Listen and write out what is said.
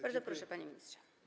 Bardzo proszę, panie ministrze.